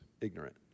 ignorant